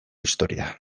historia